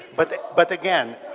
but but again,